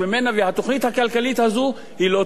והתוכנית הכלכלית הזאת לא תועיל.